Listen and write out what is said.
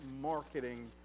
marketing